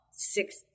six